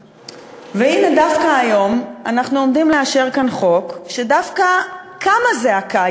והנה דווקא היום אנחנו עומדים לאשר כאן חוק שדווקא קמה זעקה,